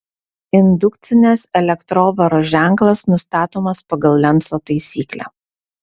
indukcinės elektrovaros ženklas nustatomas pagal lenco taisyklę